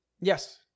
yes